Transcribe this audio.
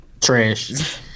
Trash